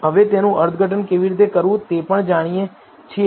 હવે તેનું અર્થઘટન કેવી રીતે કરવું તે પણ આપણે જાણીએ છીએ